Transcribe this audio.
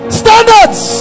standards